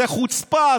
זאת חוצפה,